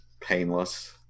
painless